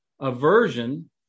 Aversion